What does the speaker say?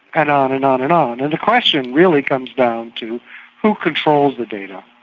and on and on and on. and the question really comes down to who controls the data.